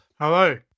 Hello